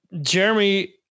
Jeremy